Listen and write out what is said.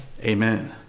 Amen